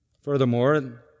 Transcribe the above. Furthermore